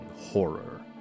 Horror